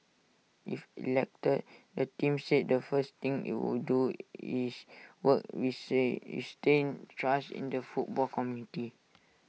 if elected the team said the first thing IT would do is work re say reinstate trust in the football community